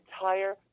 entire